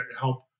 help